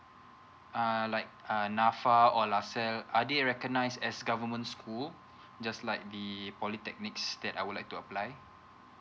ah like ah N_A_F_A or L_A_S_A_L_L_E are they recognised as government schools just like the polytechnics that I would like to apply